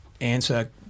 answer